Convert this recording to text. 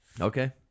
Okay